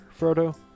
Frodo